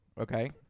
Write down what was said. Okay